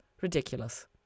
Ridiculous